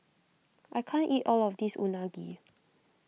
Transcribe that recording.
I can't eat all of this Unagi